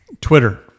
Twitter